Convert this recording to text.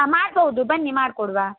ಹಾಂ ಮಾಡ್ಬೌದು ಬನ್ನಿ ಮಾಡ್ಕೊಡುವ